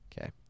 Okay